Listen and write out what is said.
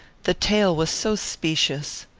the tale was so specious!